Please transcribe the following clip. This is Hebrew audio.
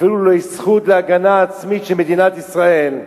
אפילו את הזכות להגנה עצמית של מדינת ישראל,